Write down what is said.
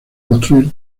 construir